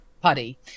putty